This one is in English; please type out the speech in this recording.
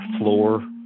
floor